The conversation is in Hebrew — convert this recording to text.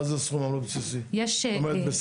מה זה סכום עמלות בסיסי?